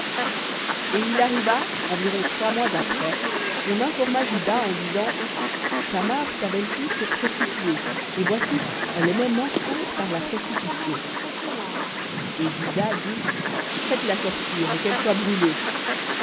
et il arriva environ trois mois après qu'on informa juda en disant tamar ta belle-fille s'est prostituée et voici elle est même enceinte par la prostitution et juda dit faites-la sortir et qu'elle soit brûlée